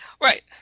Right